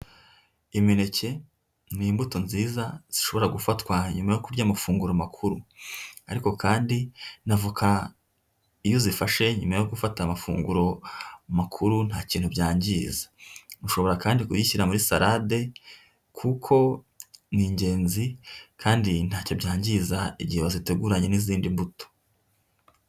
Imineke ni imbuto nziza zishobora gufatwa nyuma yo kurya amafunguro makuru. Ariko kandi na voka iyo uzifashe nyuma yo gufata amafunguro makuru nta kintu byangiza. Ushobora kandi kuzishyira muri sarade kuko ni ingenzi kandi ntacyo byangiza igihe waziteguranye n'izindi mbuto.